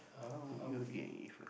how you if